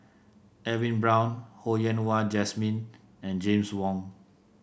Edwin Brown Ho Yen Wah Jesmine and James Wong